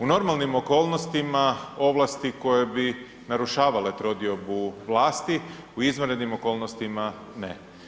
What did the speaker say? U normalnim okolnostima ovlasti koje bi narušavale trodiobu vlasti, u izvanrednim okolnostima ne.